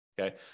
okay